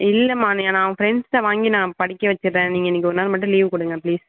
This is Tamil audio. இல்லைம்மா நீ நான் அவன் ஃப்ரெண்ட்ஸ்கிட்ட வாங்கி நான் படிக்க வச்சிட்றேன் நீங்கள் இன்னைக்கு ஒரு நாள் மட்டும் லீவ் கொடுங்க ப்ளீஸ்